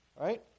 right